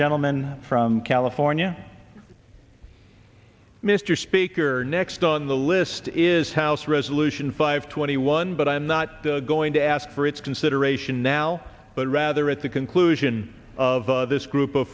gentleman from california mr speaker next on the list is house resolution five twenty one but i'm not going to ask for its consideration now but rather at the conclusion of this group of